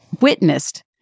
witnessed